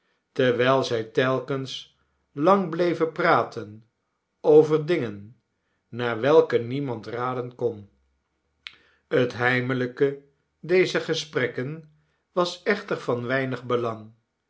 terwijl zij telkens lang bleven praten over dingen naar welke niemand raden kon het heimelijke dezer gesprekken was echter van weinig belang